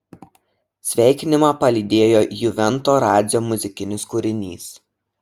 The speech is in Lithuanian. sveikinimą palydėjo juvento radzio muzikinis kūrinys